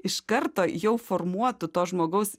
iš karto jau formuotų to žmogaus